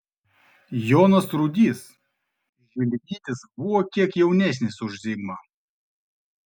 jonas rudys žilvytis buvo kiek jaunesnis už zigmą